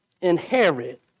inherit